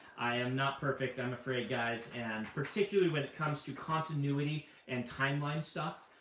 i am not perfect, i'm afraid, guys, and particularly when it comes to continuity and timeline stuff.